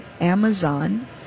Amazon